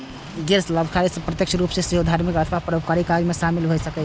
गैर लाभकारी संगठन प्रत्यक्ष रूप सं सेहो धार्मिक अथवा परोपकारक काज मे शामिल भए सकैए